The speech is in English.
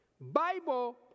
Bible